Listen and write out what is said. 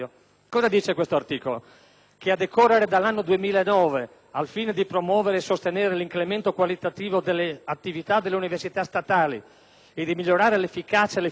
che: «A decorrere dall'anno 2009, al fine di promuovere e sostenere l'incremento qualitativo delle attività delle università statali e di migliorare l'efficacia e l'efficienza nell'utilizzo delle risorse,